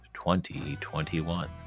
2021